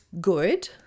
good